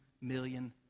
million